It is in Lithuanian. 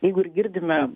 jeigu ir girdime